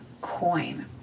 coin